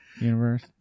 universe